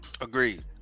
Agreed